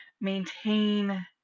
maintain